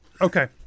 okay